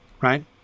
right